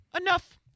Enough